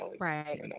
Right